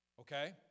okay